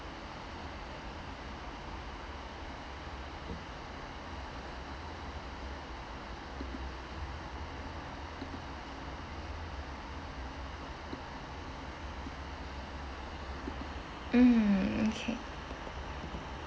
mm okay